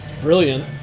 brilliant